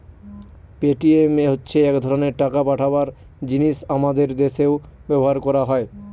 Paytm হচ্ছে এক ধরনের টাকা পাঠাবার জিনিস আমাদের দেশেও ব্যবহার হয়